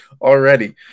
already